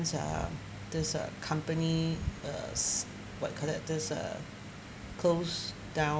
it's uh this uh company uh s~ what you call this uh close down